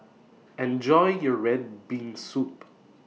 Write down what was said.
Enjoy your Red Bean Soup